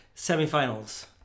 Semi-finals